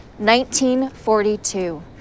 1942